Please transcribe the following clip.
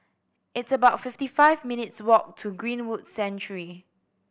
it's about fifty five minutes' walk to Greenwood Sanctuary